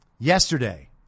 Yesterday